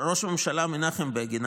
ראש הממשלה מנחם בגין,